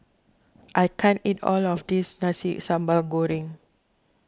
I can't eat all of this Nasi Sambal Goreng